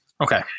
Okay